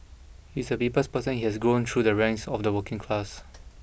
he is a people's person he has grown through the ranks of the working class